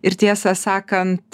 ir tiesą sakant